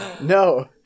no